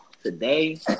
Today